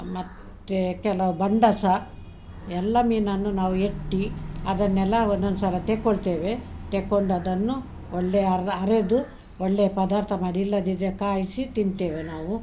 ಮತ್ತು ಕೆಲವು ಬಂಡಸ ಎಲ್ಲ ಮೀನನ್ನು ನಾವು ಎತ್ತಿ ಅದನ್ನೆಲ್ಲ ಒಂದೊಂದ್ಸಲ ತೆಕ್ಕೊಳ್ತೇವೆ ತೆಕೊಂಡದನ್ನು ಒಳ್ಳೆಯ ಅರ್ಧ ಅರೆದು ಒಳ್ಳೆಯ ಪದಾರ್ಥ ಮಾಡಿ ಇಲ್ಲದಿದ್ದರೆ ಕಾಯಿಸಿ ತಿಂತೇವೆ ನಾವು